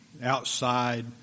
outside